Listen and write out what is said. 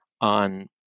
on